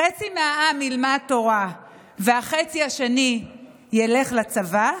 חצי מהעם ילמד תורה והחצי השני ילך לצבא,